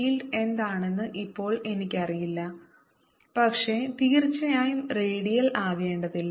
field എന്താണെന്ന് ഇപ്പോൾ എനിക്കറിയില്ല പക്ഷേ തീർച്ചയായും റേഡിയൽ ആകേണ്ടതില്ല